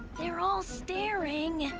they're all staring.